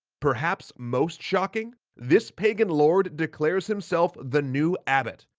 perhaps most shocking, this pagan lord declares himself the new abbot,